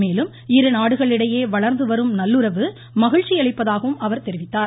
மேலும் இருநாடுகளிடையே வள்ந்து வரும் நல்லுநவு மகிழ்ச்சியளிப்பதாகவும் அவர் தெரிவித்தார்